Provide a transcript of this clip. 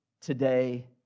today